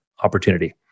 opportunity